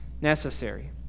necessary